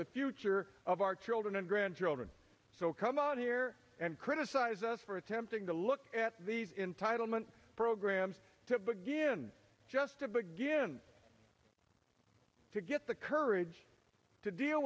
the future of our children and grandchildren so come on here and critic size us for attempting to look at these entitle many programs to begin just to begin to get the courage to deal